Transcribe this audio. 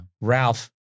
Ralph